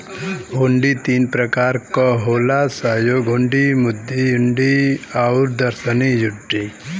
हुंडी तीन प्रकार क होला सहयोग हुंडी, मुद्दती हुंडी आउर दर्शनी हुंडी